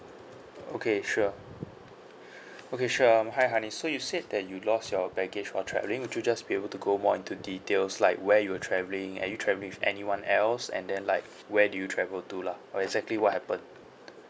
okay sure okay sure um hi hanis so you said that you lost your baggage while traveling would you just be able to go more into details like where you were travelling are you travelling with anyone else and then like where do you travel to lah exactly what happened